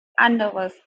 anderes